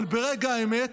אבל ברגע האמת,